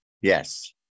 Yes